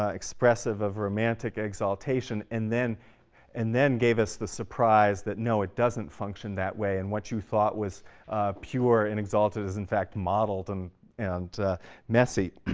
ah expressive of romantic exaltation, and then and then gave us the surprise that no, it doesn't function that way, and what you thought was pure and exalted is in fact mottled and and messy.